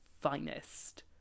finest